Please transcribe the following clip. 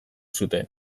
zuten